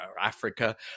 Africa